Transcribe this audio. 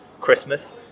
christmas